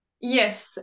Yes